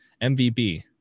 MVB